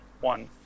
one